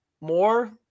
More